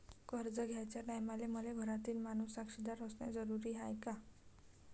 कर्ज घ्याचे टायमाले मले घरातील माणूस साक्षीदार असणे जरुरी हाय का?